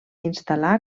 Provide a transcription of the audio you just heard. instal·là